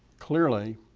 clearly,